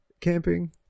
camping